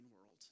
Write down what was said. world